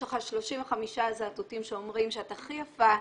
יש לך 35 זאטוטים שאומרים שאת הכי יפה,